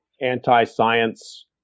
anti-science